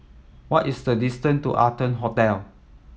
what is the distance to Arton Hotel